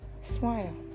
Smile